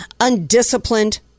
undisciplined